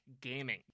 gaming